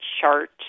chart